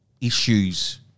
issues